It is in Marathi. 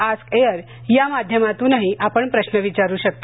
च्या माध्यमातूनही आपण प्रश्न विचारू शकता